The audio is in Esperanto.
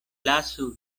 lasu